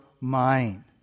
mind